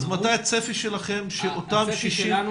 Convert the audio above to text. אז מתי הצפי שלכם שאותם 60 --- הצפי שלנו